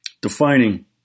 Defining